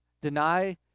deny